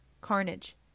Carnage